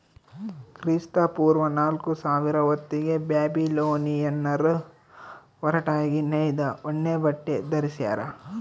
ಕ್ರಿಸ್ತಪೂರ್ವ ನಾಲ್ಕುಸಾವಿರ ಹೊತ್ತಿಗೆ ಬ್ಯಾಬಿಲೋನಿಯನ್ನರು ಹೊರಟಾಗಿ ನೇಯ್ದ ಉಣ್ಣೆಬಟ್ಟೆ ಧರಿಸ್ಯಾರ